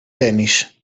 tênis